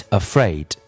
afraid